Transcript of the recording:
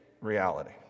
reality